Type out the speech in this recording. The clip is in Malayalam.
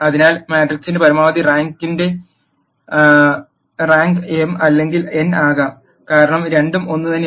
അതിനാൽ മാട്രിക്സിന്റെ പരമാവധി റാങ്കിന്റെ റാങ്ക് m അല്ലെങ്കിൽ n ആകാം കാരണം രണ്ടും ഒന്നുതന്നെയാണ്